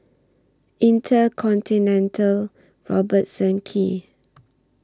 InterContinental Robertson Quay